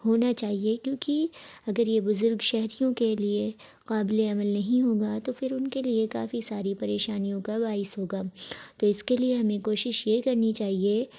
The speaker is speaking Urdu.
ہونا چاہیے کیونکہ اگر یہ بزرگ شہریوں کے لیے قابل عمل نہیں ہوگا تو پھر ان کے لیے کافی ساری پریشانیوں کا باعث ہوگا تو اس کے لیے ہمیں کوشش یہ کرنی چاہیے